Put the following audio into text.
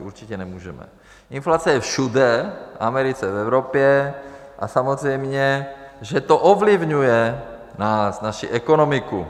Určitě nemůžeme, inflace je všude, v Americe, v Evropě, a samozřejmě že to ovlivňuje nás, naši ekonomiku.